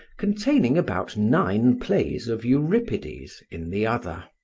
containing about nine plays of euripides, in the other.